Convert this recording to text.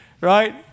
right